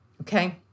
okay